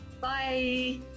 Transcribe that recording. Bye